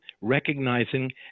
recognizing